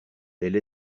elle